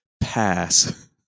pass